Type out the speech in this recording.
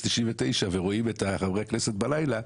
ורואים את חברי הכנסת בלילה,